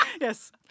Yes